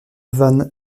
van